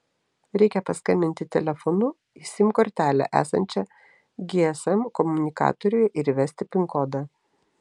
reikia paskambinti telefonu į sim kortelę esančią gsm komunikatoriuje ir įvesti pin kodą